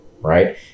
right